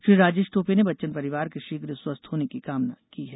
श्री राजेश टोपे ने बच्चन परिवार के शीघ्र स्वस्थ होने की कामना की है